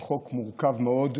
הוא חוק מורכב מאוד,